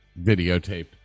videotaped